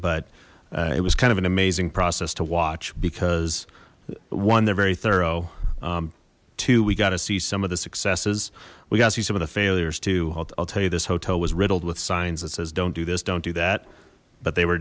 but it was kind of an amazing process to watch because one they're very thorough we got to see some of the successes we got to see some of the failures i'll tell you this hotel was riddled with signs that says don't do this don't do that but they were